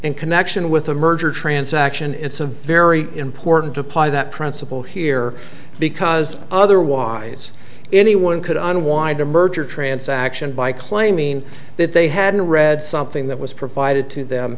in connection with the merger transaction it's a very important to apply that principle here because otherwise anyone could on wind a merger transaction by claiming that they hadn't read something that was provided to them